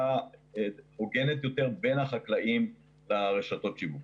הוגנת יותר בין החקלאים ורשתות השיווק.